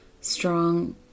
strong